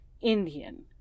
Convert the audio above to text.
Indian